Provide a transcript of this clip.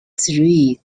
three